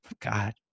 God